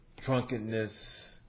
drunkenness